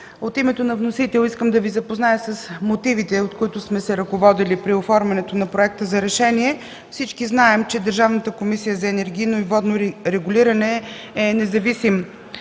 От името на вносителя искам да Ви запозная с мотивите, от които сме се ръководили при оформянето на проекта за решение. Всички знаем, че Държавната комисия за енергийно и водно регулиране е независим